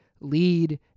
lead